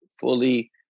fully